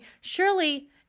surely